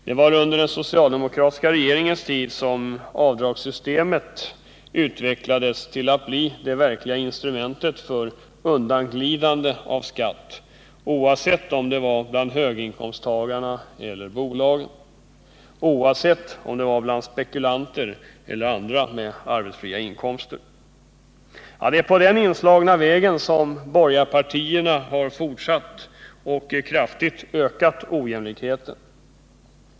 Det var under den socialdemokratiska regeringens tid som avdragssystemet utvecklades till att bli det verkliga instrumentet för att slippa undan skatt, oavsett om det var bland höginkomsttagarna eller bolagen, oavsett om det var bland spekulanter eller andra med arbetsfria inkomster. Det är på den inslagna vägen som borgarpartierna har fortsatt och kraftigt ökat ojämlikheten.